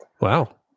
Wow